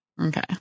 Okay